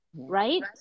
Right